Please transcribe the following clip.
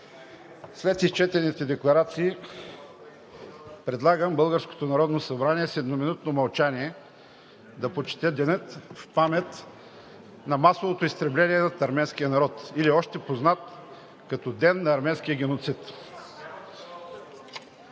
След изчетените декларации предлагам българското Народно събрание с едноминутно мълчание да почете деня в памет на масовото изтребление над арменския народ, или още познат като ден на арменския геноцид.